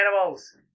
animals